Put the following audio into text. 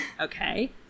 Okay